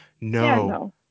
no